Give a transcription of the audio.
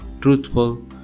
truthful